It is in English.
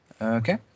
Okay